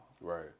right